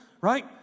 right